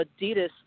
Adidas